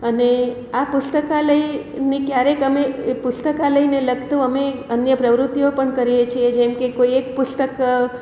અને આ પુસ્તકાલયની ક્યારેક અમે પુસ્તકાલયને લગતું અમે અન્ય પ્રવૃતિઓ પણ કરીએ છીએ જેમ કે કોઈ એક પુસ્તક